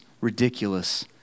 ridiculous